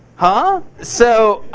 huh? so